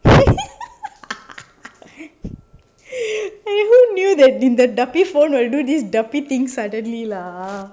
who knew that in that dappi phone will do this dappi things suddenly lah